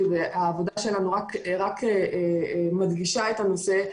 העבודה שלנו רק מדגישה את הנושא,